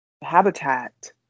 habitat